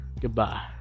Goodbye